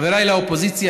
חבריי לאופוזיציה,